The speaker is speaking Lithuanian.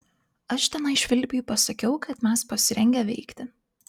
aš tenai švilpiui pasakiau kad mes pasirengę veikti